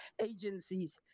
agencies